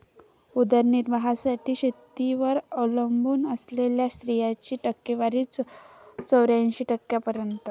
उदरनिर्वाहासाठी शेतीवर अवलंबून असलेल्या स्त्रियांची टक्केवारी चौऱ्याऐंशी टक्क्यांपर्यंत